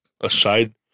aside